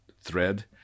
thread